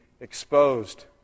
exposed